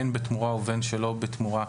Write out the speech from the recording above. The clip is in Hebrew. בין בתמורה ובין שלא בתמורה,